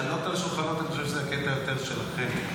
לעלות על שולחנות זה יותר הקטע שלכם, אני חושב.